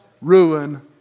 ruin